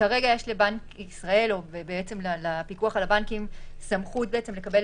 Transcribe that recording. כרגע לבנק ישראל או לפיקוח על הבנקים יש סמכות לקבל